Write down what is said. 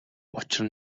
учир